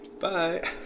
Bye